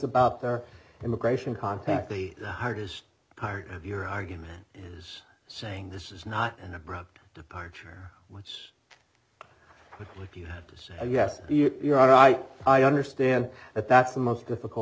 about their immigration contact the hardest part of your argument is saying this is not an abrupt departure once but if you say yes you're all right i understand that that's the most difficult